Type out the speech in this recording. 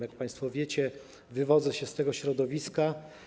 Jak państwo wiecie, wywodzę się z tego środowiska.